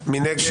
מי נגד?